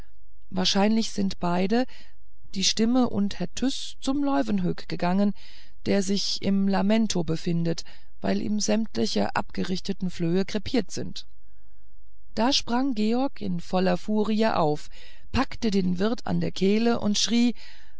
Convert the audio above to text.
wahrscheinlich sind beide die stimme und herr tyß zum leuwenhoek gegangen der sich im lamento befindet weil ihm sämtliche abgerichtete flöhe krepiert sind da sprang george in voller furie auf packte den wirt bei der kehle und schrie